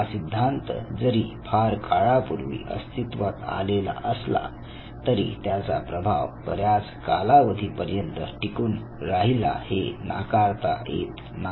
हा सिद्धांत जरी फार काळापूर्वी अस्तित्वात आलेला असला तरी त्याचा प्रभाव बऱ्याच कालावधीपर्यंत टिकून राहिला हे नाकारता येत नाही